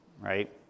right